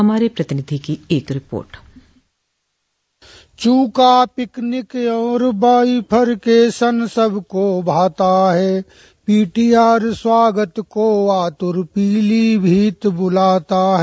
हमारे प्रतिनिधि की एक रिपोर्ट चूका पिकनिक और बाइफरकेशन सबको भाता है पीटीआर स्वागत को आतुर पीलीभीत बुलाता है